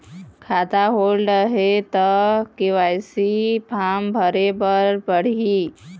खाता होल्ड हे ता के.वाई.सी फार्म भरे भरे बर पड़ही?